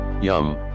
Yum